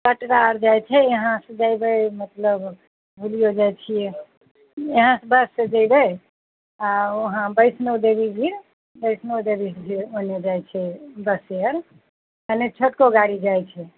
कटरा आर जाइत छै एहाँ से जयबै मतलब भूलीयो जाइत छियै इहाँसँ बस से जयबै आ ऊँहा बैष्णबदेवी घुमि बैष्णबदेवी ओने जाइत छै बसे आर अने छोटको गाड़ी जाइत छै